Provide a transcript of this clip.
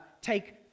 take